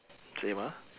same ah